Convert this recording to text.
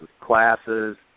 classes